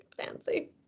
Fancy